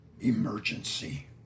emergency